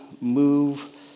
move